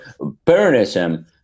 Peronism